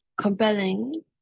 compelling